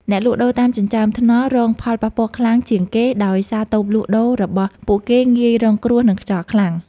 អ្នកលក់ដូរតាមចិញ្ចើមថ្នល់រងផលប៉ះពាល់ខ្លាំងជាងគេដោយសារតូបលក់ដូររបស់ពួកគេងាយរងគ្រោះនឹងខ្យល់ខ្លាំង។